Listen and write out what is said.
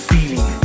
Feeling